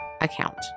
account